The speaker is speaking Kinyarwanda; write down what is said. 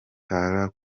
tarah